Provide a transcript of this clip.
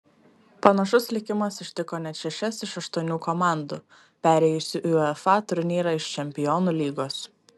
panašus likimas ištiko net šešias iš aštuonių komandų perėjusių į uefa turnyrą iš čempionų lygos